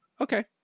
Okay